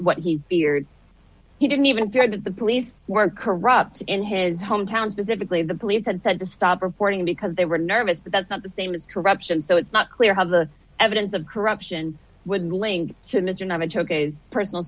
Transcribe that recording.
what he feared he didn't even feared that the police were corrupt in his hometown specifically the police had said to stop reporting because they were nervous but that's not the same as corruption so it's not clear how the evidence of corruption would link